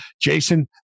Jason